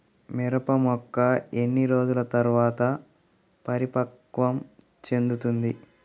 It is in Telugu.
మిరప మొక్క ఎన్ని రోజుల తర్వాత పరిపక్వం చెందుతుంది?